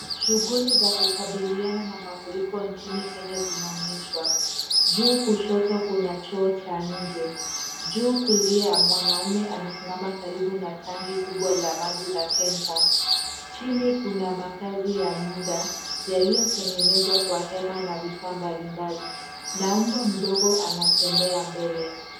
Shughuli la kukabiliana na mafuriko njini Kenya zinaonyeshwa, juu kushoto kuna choo cha inje, juu kulia kuna mwanaume amesimama karibu na tanki kubwa la maji la Ken Tank , jini kuna maakazi ya muda yaliotengenezwa kwa hema na vivafaa mbali mbali na umbwa mdogo anatembea mbele.